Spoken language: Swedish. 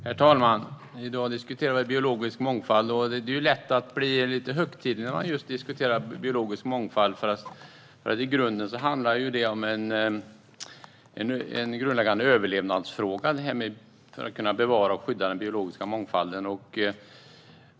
Herr talman! I dag diskuterar vi biologisk mångfald. Det är lätt att bli lite högtidlig när man diskuterar biologisk mångfald. Det är en grundläggande överlevnadsfråga att kunna bevara och skydda den biologiska mångfalden.